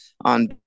on